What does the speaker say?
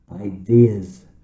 ideas